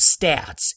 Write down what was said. stats